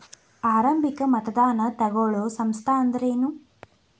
ಆರಂಭಿಕ್ ಮತದಾನಾ ತಗೋಳೋ ಸಂಸ್ಥಾ ಅಂದ್ರೇನು?